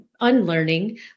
unlearning